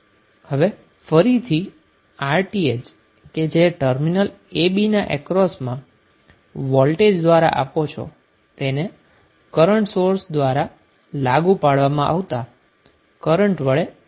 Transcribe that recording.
હવે ફરીથી Rth કે જે ટર્મિનલ a b ના અક્રોસમાં વોલ્ટેજ દ્વારા આપો છો તેને કરન્ટ સોર્સ દ્વારા લાગુ પાડવામાં આવતા કરન્ટ વડે ભાગી શકો છો